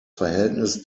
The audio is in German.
verhältnis